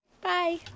Bye